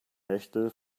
nächte